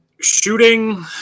Shooting